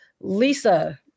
Lisa